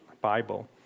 Bible